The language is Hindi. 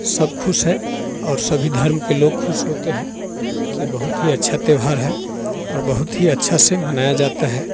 सब खुश है और सभी धर्म के लोग खुश होते हैं कि बहुत ही अच्छा त्योहार है और बहुत ही अच्छा से मनाया जाता है